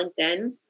LinkedIn